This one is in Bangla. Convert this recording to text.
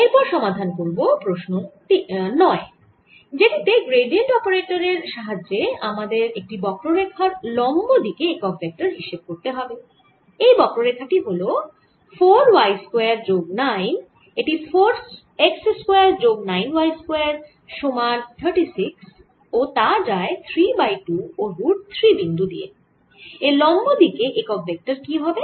এরপর সমাধান করব প্রশ্ন 9 যেটি তে গ্র্যাডিয়েন্ট অপারেটরের সাহায্যে আমাদের একটি বক্ররেখার লম্ব দিকে একক ভেক্টর হিসেব করতে হবে এই বক্র রেখা টি হল 4 y স্কয়ার যোগ 9 এটি 4 x স্কয়ার যোগ 9 y স্কয়ার সমান 36 ও তা যায় 3 বাই 2 ও রুট 3 বিন্দু দিয়েএর লম্ব দিকে একক ভেক্টর কি হবে